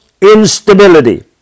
instability